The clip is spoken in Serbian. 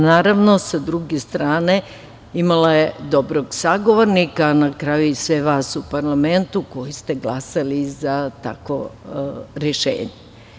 Naravno, sa druge strane, imala je dobrog sagovornika, a na kraju i sve vas u parlamentu koji ste glasali za takvo rešenje.